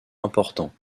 important